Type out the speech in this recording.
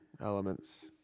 elements